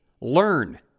learn